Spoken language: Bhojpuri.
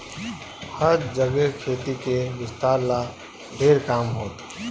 हर जगे खेती के विस्तार ला ढेर काम होता